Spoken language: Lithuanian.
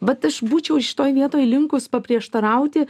vat aš būčiau šitoj vietoj linkus paprieštarauti